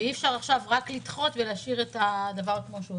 אי אפשר עכשיו רק לדחות ולהשאיר את הדבר כפי שהוא.